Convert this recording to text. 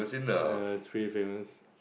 err it's pretty famous